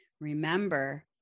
Remember